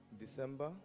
December